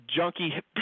junky